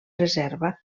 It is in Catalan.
reserva